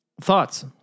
Thoughts